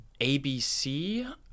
ABC